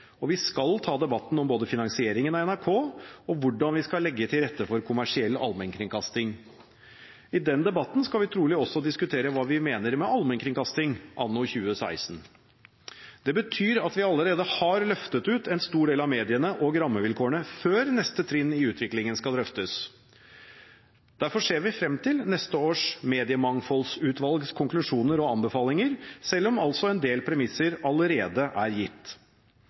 og vi skal ta debatten om både finansieringen av NRK og hvordan vi skal legge til rette for kommersiell allmennkringkasting. I den debatten skal vi trolig også diskutere hva vi mener med allmennkringkasting anno 2016. Det betyr at vi allerede har løftet ut en stor del av mediene og rammevilkårene før neste trinn i utviklingen skal drøftes. Derfor ser vi frem til Mediemangfoldsutvalgets konklusjoner og anbefalinger neste år, selv om en del premisser allerede er gitt.